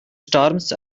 storms